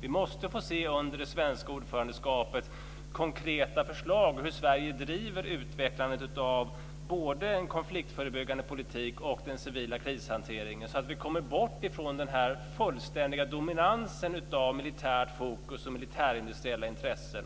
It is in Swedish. Vi måste under det svenska ordförandeskapet få se konkreta förslag gällande hur Sverige driver utvecklandet av både en konfliktförebyggande politik och den civila krishanteringen så att vi kommer bort från den här fullständiga dominansen av militärt fokus och militärindustriella intressen.